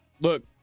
Look